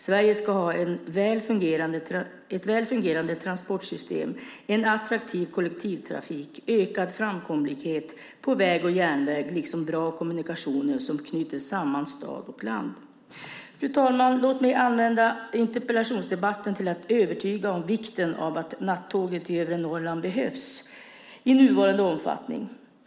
Han fortsatte: "Sverige ska ha ett väl fungerande transportsystem - en attraktiv kollektivtrafik, ökad framkomlighet på väg och järnväg liksom bra kommunikationer som knyter samman stad och land." Fru talman! Låt mig använda interpellationsdebatten till att övertyga om vikten av att nattågen till övre Norrland behövs i nuvarande omfattning.